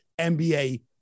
NBA